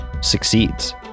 succeeds